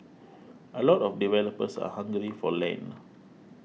a lot of developers are hungry for land